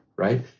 right